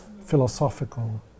philosophical